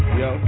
yo